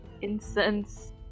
incense